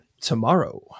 tomorrow